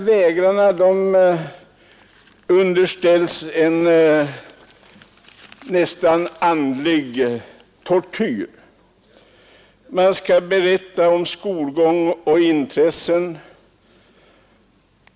Vägrarna underkastas nästan en andlig tortyr. Man skall berätta om skolgång och intressen.